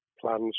plans